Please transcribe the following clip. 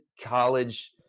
college